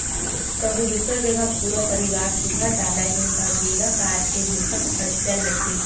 कहूँ दूसर जघा पूरा परवार सुद्धा जाना हे त बिना कार के बिकट अड़चन होथे